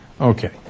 Okay